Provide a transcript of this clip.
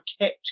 kept